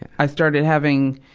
i started having